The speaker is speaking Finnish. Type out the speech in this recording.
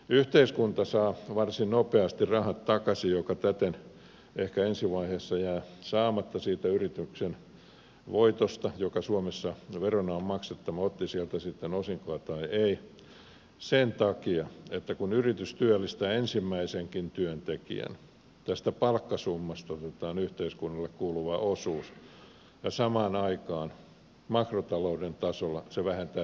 yhteiskunta saa varsin nopeasti rahat takaisin ne täten ehkä ensi vaiheessa jäävät saamatta siitä yrityksen voitosta joka suomessa jo verona on maksettu otti sieltä sitten osinkoa tai ei sen takia että kun yritys työllistää ensimmäisenkin työntekijän niin tästä palkkasummasta otetaan yhteiskunnalle kuuluva osuus ja samaan aikaan makrotalouden tasolla se vähentää työttömyyttä